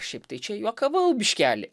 šiaip tai čia juokavau biškelį